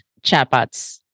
chatbots